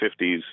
50s